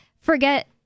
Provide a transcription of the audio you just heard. forget